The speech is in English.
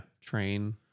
train